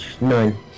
Nine